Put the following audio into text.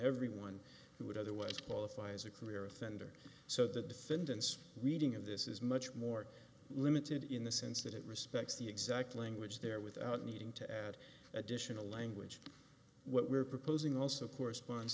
everyone who would otherwise qualify as a career offender so the defendant's reading of this is much more limited in the sense that it respects the exact language there without needing to add additional language what we're proposing also corresponds